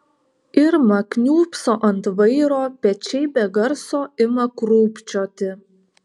irma kniūbso ant vairo pečiai be garso ima krūpčioti